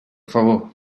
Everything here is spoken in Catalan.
favor